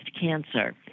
cancer